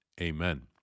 Amen